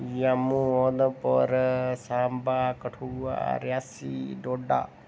Jammu Udhampur Samba Kathua Reasi Doda